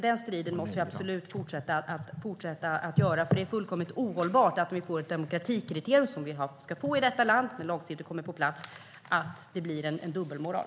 Den striden måste vi absolut fortsätta att föra. Det är fullkomligt ohållbart med ett demokratikriterium - hur lång tid den än tar innan det kommer på plats - där det blir en dubbelmoral.